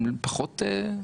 הם פחות.